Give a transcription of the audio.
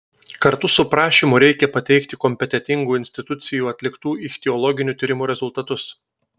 kartu su prašymu reikia pateikti kompetentingų institucijų atliktų ichtiologinių tyrimų rezultatus